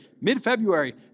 mid-February